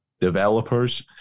developers